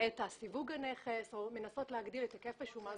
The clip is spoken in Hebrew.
את סיווג הנכס או מנסות להגדיל את היקף השומה,